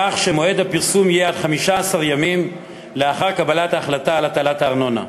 כך שמועד הפרסום יהיה עד 15 ימים לאחר קבלת ההחלטה על הטלת הארנונה.